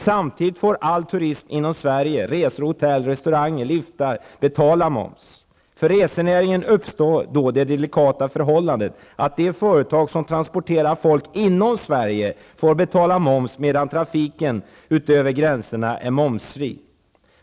Samtidigt får allt turism i Sverige, dvs. resor, hotell, restauranger och liftar, betala moms. För resenäringen uppstår då det delikata förhållandet att de företag som transporterar folk inom Sverige får betala moms, medan trafiken ut över gränserna är momsfri.